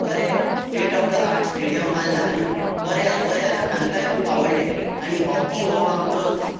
बरें state of the arts stadium बांदला आनी बरें आसा तांकांय खूब आवडलें आनी हॉकी हो आमचो